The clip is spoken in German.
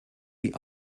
die